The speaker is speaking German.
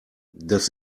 das